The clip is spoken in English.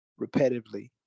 repetitively